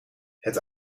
het